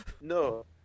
No